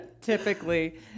Typically